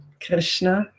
Krishna